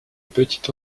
petite